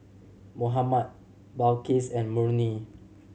Muhammad Balqis and Murni